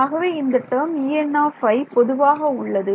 ஆகவே இந்த term En பொதுவாக உள்ளது